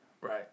right